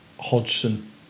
Hodgson